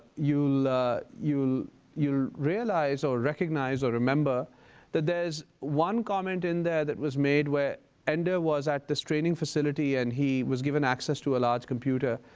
you'll you'll realize or recognize or remember that there is one comment in there that was made where ender was at this training facility and he was given access to a large computer.